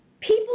people